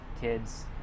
kids